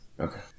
okay